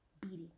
beating